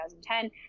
2010